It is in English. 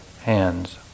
hands